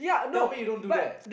tell me you don't do that